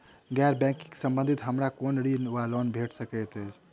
गैर बैंकिंग संबंधित हमरा केँ कुन ऋण वा लोन भेट सकैत अछि?